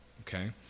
okay